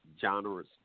genres